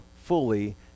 fully